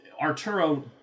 Arturo